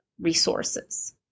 resources